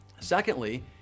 Secondly